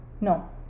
No